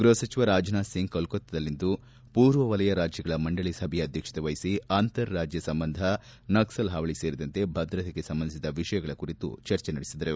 ಗ್ನಹಸಚಿವ ರಾಜನಾಥ್ ಸಿಂಗ್ ಕೋಲ್ಲತ್ನಾದಲ್ಲಿಂದು ಪೂರ್ವ ವಲಯ ರಾಜ್ನಗಳ ಮಂಡಳಿ ಸಭೆಯ ಅಧ್ದಕ್ಷತೆ ವಹಿಸಿ ಅಂತರ್ ರಾಜ್ಯ ಸಂಬಂಧ ನಕ್ಲಲ್ ಹಾವಳಿ ಸೇರಿದಂತೆ ಭದ್ರತೆಗೆ ಸಂಬಂಧಿಸಿದ ವಿಷಯಗಳ ಕುರಿತು ಚರ್ಚೆ ನಡೆಸಿದರು